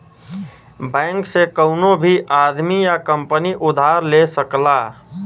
bank से कउनो भी आदमी या कंपनी उधार ले सकला